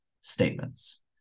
statements